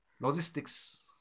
logistics